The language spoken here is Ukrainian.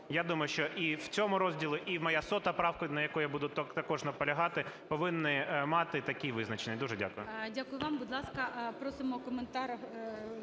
я думаю, що і в цьому розділі, і моя 100 правка, на яку я буду також наполягати, повинні мати такі визначення. Дуже дякую.